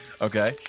Okay